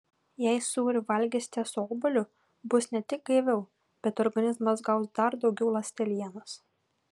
jei sūrį valgysite su obuoliu bus ne tik gaiviau bet organizmas gaus dar daugiau ląstelienos